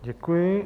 Děkuji.